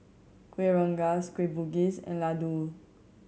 Kueh Rengas Kueh Bugis and laddu